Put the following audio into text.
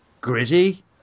gritty